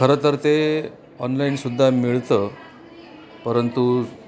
खरं तर ते ऑनलाईनसुद्धा मिळतं परंतु